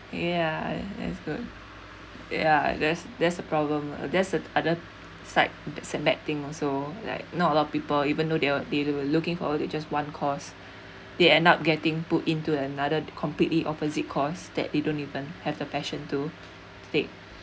ya that's good yeah there's there's a problem there's the other side that setback thing also like not a lot of people even though they they were looking forward to just one course they end up getting put into another completely opposite course that they don't even have the passion to think